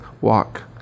walk